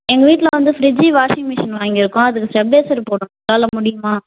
எங்கள் வீட்டில் வந்து ஃப்ரிட்ஜ் வாஷிங் மெஷின் வாங்கியிருக்கோம் அதுக்கு ஸ்டெப்லைசர் போடணும் உங்களால் முடியுமா